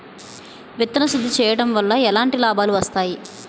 విత్తన శుద్ధి చేయడం వల్ల ఎలాంటి లాభాలు వస్తాయి?